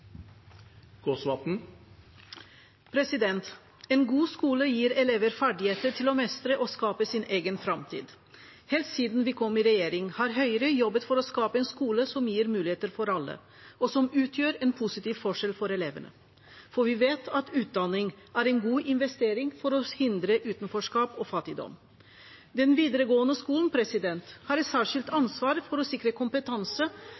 Helse-Norge. En god skole gir elever ferdigheter til å mestre og skape sin egen framtid. Helt siden vi kom i regjering har Høyre jobbet for å skape en skole som gir muligheter for alle, og som utgjør en positiv forskjell for elevene, for vi vet at utdanning er en god investering for å hindre utenforskap og fattigdom. Den videregående skolen har et særskilt ansvar for å sikre kompetanse